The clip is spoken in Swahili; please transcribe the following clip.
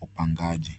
wapangaji.